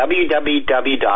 www